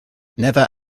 never